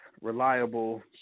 reliable